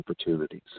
opportunities